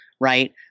right